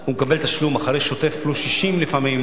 הוא מקבל תשלום אחרי שוטף פלוס 60 לפעמים,